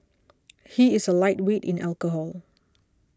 he is a lightweight in alcohol